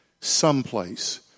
someplace